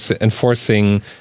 enforcing